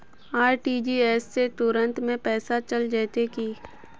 RTGS से तुरंत में पैसा चल जयते की?